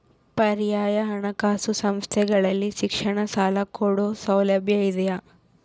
ಪರ್ಯಾಯ ಹಣಕಾಸು ಸಂಸ್ಥೆಗಳಲ್ಲಿ ಶಿಕ್ಷಣ ಸಾಲ ಕೊಡೋ ಸೌಲಭ್ಯ ಇದಿಯಾ?